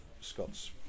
Scott's